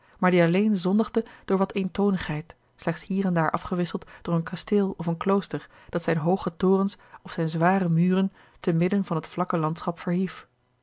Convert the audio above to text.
maar die alleen zondigde door wat eentonigheid slechts hier en daar afgewisseld door een kasteel of een klooster dat zijne hooge torens of zijne zware muren te midden van het vlakke landschap verhief